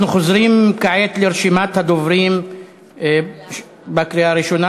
אנחנו חוזרים כעת לרשימת הדוברים בקריאה הראשונה.